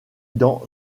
dans